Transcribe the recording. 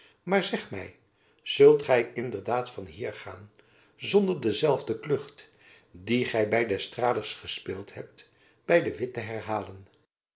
maar zeg my zult gy inderdaad van hier gaan zonder dezelfde klucht die gy by d'estrades gespeeld hebt by de witt te herhalen